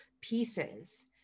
pieces